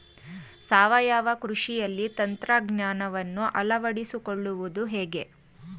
ಸಾವಯವ ಕೃಷಿಯಲ್ಲಿ ತಂತ್ರಜ್ಞಾನವನ್ನು ಅಳವಡಿಸಿಕೊಳ್ಳುವುದು ಹೇಗೆ?